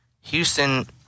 Houston